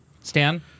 Stan